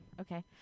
okay